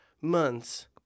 months